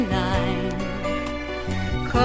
nine